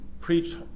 preach